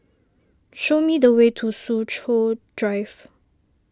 show me the way to Soo Chow Drive